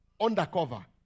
undercover